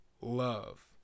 love